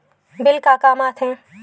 Bill का काम आ थे?